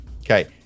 Okay